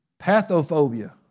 Pathophobia